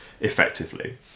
effectively